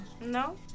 No